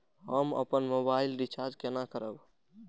हम अपन mobile recharge केना करब?